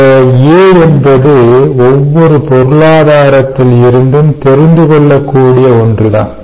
இந்த A என்பது ஒவ்வொரு பொருளாதாரத்தில் இருந்தும் தெரிந்து கொள்ளக் கூடிய ஒன்றுதான்